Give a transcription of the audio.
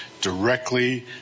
directly